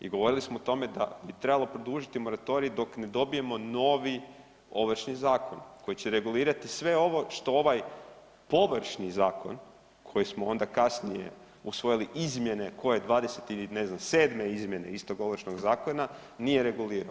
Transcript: I govorili smo o tome da bi trebalo produžiti moratorij dok ne dobijemo novi Ovršni zakon koji će regulirati sve ovo što ovaj površni zakon koji smo onda kasnije usvojili izmjene, koje 20 i ne znam sedme izmjene istog Ovršnog zakona nije regulirao.